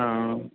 हां